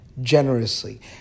generously